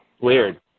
Weird